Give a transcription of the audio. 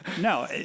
No